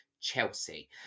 Chelsea